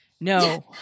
No